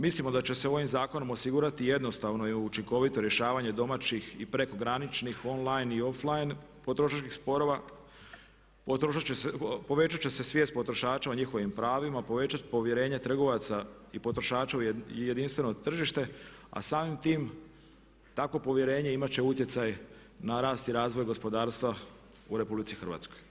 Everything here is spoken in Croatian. Mislimo da će se ovim zakonom osigurati jednostavno i učinkovito rješavanje domaćih i prekograničnih, online i offline potrošačkih sporova, povećat će se svijest potrošača o njihovim pravima, povećat povjerenje trgovaca i potrošača i jedinstveno tržište a samim tim tako povjerenje imat će utjecaj na rast i razvoj gospodarstva u RH.